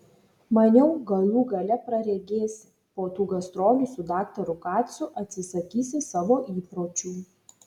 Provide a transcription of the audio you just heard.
maniau galų gale praregėsi po tų gastrolių su daktaru kacu atsisakysi savo įpročių